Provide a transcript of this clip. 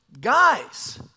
guys